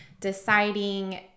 deciding